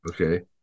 Okay